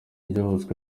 ryubatswe